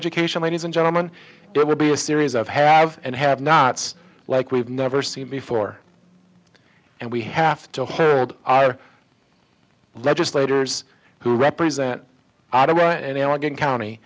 education ladies and gentlemen it will be a series of have and have nots like we've never seen before and we have to herd our legislators who represent ottawa and elegant county